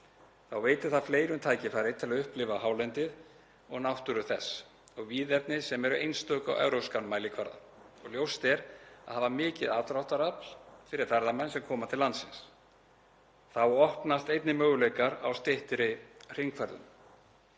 Þá veitir það fleirum tækifæri til að upplifa hálendið og náttúru þess og víðerni sem eru einstök á evrópskan mælikvarða og ljóst er að hafa mikið aðdráttarafl fyrir ferðamenn sem koma til landsins. Þá opnast einnig möguleikar á styttri hringferðum.